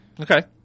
Okay